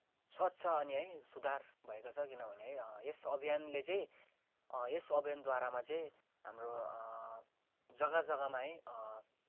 स्वच्छ अनि है सुधार भएको छ किनभने है यस अभियानले चाहिँ यस अभियानद्वारामा चाहिँ हाम्रो जग्गा जग्गामा है